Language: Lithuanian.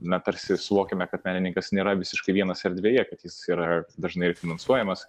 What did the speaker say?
na tarsi suvokiame kad menininkas nėra visiškai vienas erdvėje kad jis yra dažnai ir finansuojamas